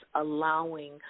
allowing